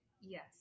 Yes